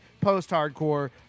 post-hardcore